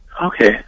Okay